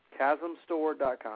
ChasmStore.com